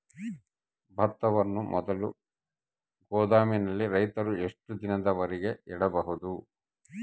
ಭತ್ತವನ್ನು ಮೊದಲು ಗೋದಾಮಿನಲ್ಲಿ ರೈತರು ಎಷ್ಟು ದಿನದವರೆಗೆ ಇಡಬಹುದು?